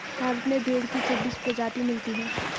भारत में भेड़ की छब्बीस प्रजाति मिलती है